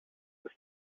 ist